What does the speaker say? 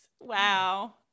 Wow